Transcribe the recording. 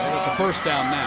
it's a first down